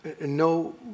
no